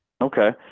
Okay